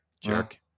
Jerk